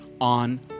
on